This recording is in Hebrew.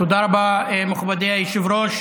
תודה רבה, מכובדי היושב-ראש.